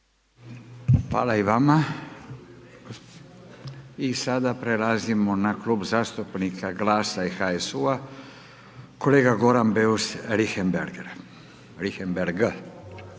Hvala i vama. I sada prelazimo na Klub zastupnika Glasa i HSU-a. Kolega Goran Beus Richembergh. **Beus Richembergh,